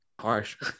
Harsh